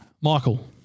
Michael